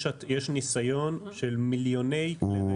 יש ניסיון של מיליוני כלי רכב בעולם.